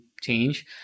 change